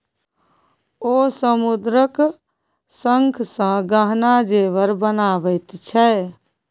ओ समुद्रक शंखसँ गहना जेवर बनाबैत छै